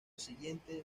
siguiente